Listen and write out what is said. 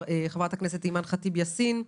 חברת הכנסת אימאן חט'יב יאסין,